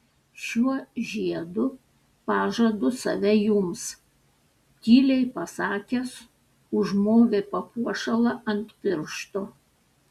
šiuo žiedu pažadu save jums tyliai pasakęs užmovė papuošalą ant piršto